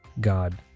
God